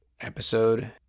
episode